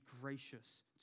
gracious